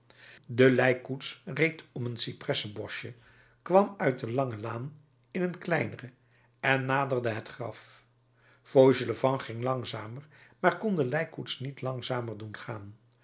de lijkkoets reed om een cypressenboschje kwam uit de lange laan in een kleinere en naderde het graf fauchelevent ging langzamer maar kon de lijkkoets niet langzamer doen gaan